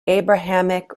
abrahamic